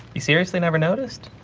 he seriously never noticed.